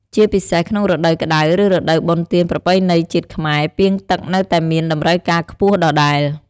ជាពិសេសក្នុងរដូវក្ដៅ ឬរដូវបុណ្យទានប្រពៃណីជាតិខ្មែរ ពាងទឹកនៅតែមានតម្រូវការខ្ពស់ដដែល។